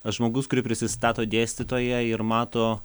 žmogus kuri prisistato dėstytoja ir mato